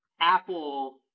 Apple